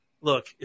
look